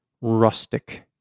rustic